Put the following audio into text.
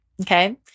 okay